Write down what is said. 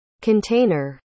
container